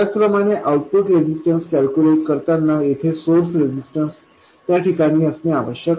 त्याचप्रमाणे output resistance calculate करताना येथे सोर्स रेजिस्टन्स त्या ठिकाणी असणे आवश्यक आहे